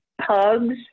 hugs